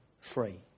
free